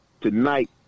tonight